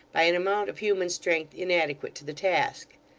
by an amount of human strength inadequate to the task.